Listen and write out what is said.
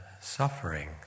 suffering